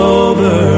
over